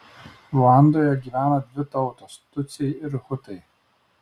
ruandoje gyvena dvi tautos tutsiai ir hutai